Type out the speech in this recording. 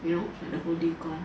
you know like the whole day gone